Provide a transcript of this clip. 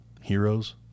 Heroes